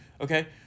Okay